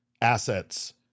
assets